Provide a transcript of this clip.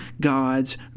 God's